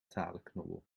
talenknobbel